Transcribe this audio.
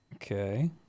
Okay